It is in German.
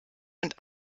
und